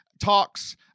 talks